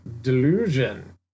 delusion